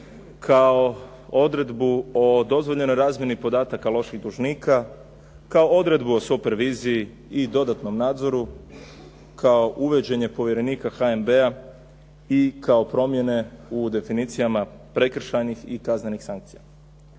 kao odredbu o dozvoljenoj razmjeni podataka loših dužnika, kao odredbu o superviziji i dodatnom nadzoru, kao uvođenje povjerenika HNB-a i kao promjene u definicijama prekršajnih i kaznenih sankcija.